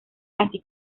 así